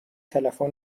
تلفن